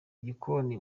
gikoni